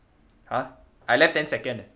!huh! I left ten second eh